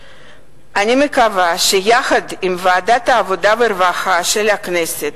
אני מקווה שיחד עם ועדת העבודה והרווחה של הכנסת